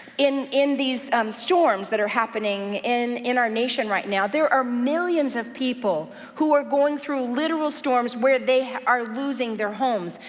in in these storms that are happening in in our nation right now, there are millions of people who are going through literal storms where they are losing their homes.